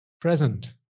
Present